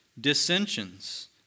dissensions